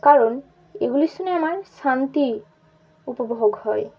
কারণ এগুলি শুনে আমার শান্তি উপভোগ হয়